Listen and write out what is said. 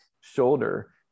shoulder